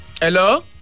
hello